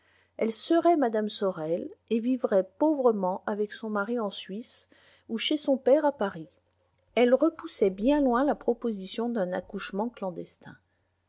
elle serait mme sorel et vivrait pauvrement avec son mari en suisse ou chez son père à paris elle repoussait bien loin la proposition d'un accouchement clandestin